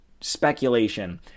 speculation